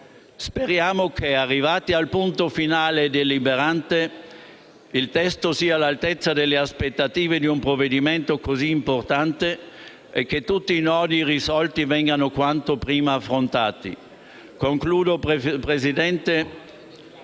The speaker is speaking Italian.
Speriamo che, arrivati al punto finale e deliberante, il testo sia all'altezza delle aspettative di un provvedimento così importante e che tutti i nodi irrisolti vengano quanto prima affrontati. Alcuni, come